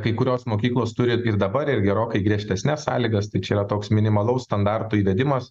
kai kurios mokyklos turi ir dabar ir gerokai griežtesnes sąlygas tai čia yra toks minimalaus standarto įvedimas